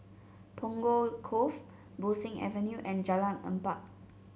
Punggol Cove Bo Seng Avenue and Jalan Empat